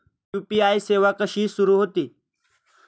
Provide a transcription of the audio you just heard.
UPI सेवा कशी सुरू होते?